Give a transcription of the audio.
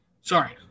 Sorry